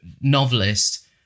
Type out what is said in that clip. novelist